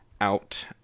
out